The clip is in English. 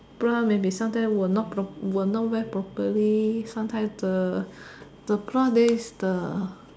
the bra maybe sometime will not prop will not wear properly sometime the the bra there is the